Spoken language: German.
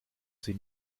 sie